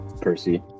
Percy